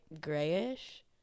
grayish